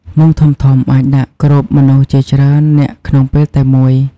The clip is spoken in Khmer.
មុងធំៗអាចដាក់គ្របមនុស្សជាច្រើននាក់ក្នុងពេលតែមួយ។